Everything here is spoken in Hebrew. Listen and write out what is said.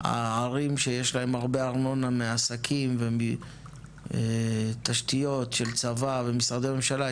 הערים שיש להם הרבה ארנונה מעסקים ומתשתיות של צבא ומשרדי ממשלה,